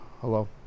Hello